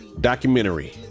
Documentary